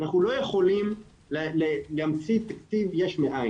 אנחנו לא יכולים להמציא תקציב יש מאין.